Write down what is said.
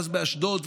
ואז באשדוד,